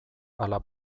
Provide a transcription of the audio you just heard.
ala